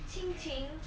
um